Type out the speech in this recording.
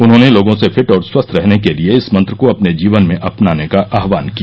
उन्होंने लोगों से फिट और स्वस्थ रहने के लिए इस मंत्र को अपने जीवन में अपनाने का आह्वान किया